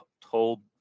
told